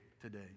today